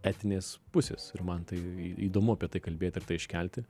etinės pusės ir man tai į įdomu apie tai kalbėti ir tai iškelti